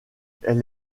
elle